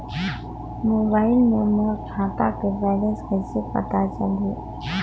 Mobile मे मोर खाता के बैलेंस कइसे पता चलही?